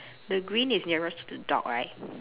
the green is nearest to the dog right